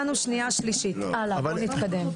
רשמנו לנו לשנייה, שלישית, הלאה אנחנו נתקדם.